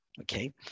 okay